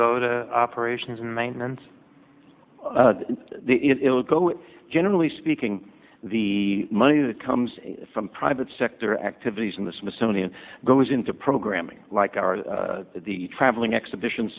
go to operations and maintenance it will go generally speaking the money that comes from private sector activities in the smithsonian goes into programming like the traveling exhibition